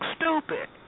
stupid